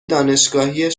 دانشگاهی